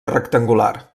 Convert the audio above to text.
rectangular